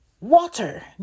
water